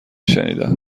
شنیدم